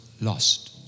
lost